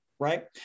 right